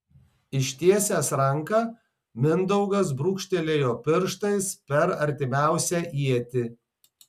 ištiesęs ranką mindaugas brūkštelėjo pirštais per artimiausią ietį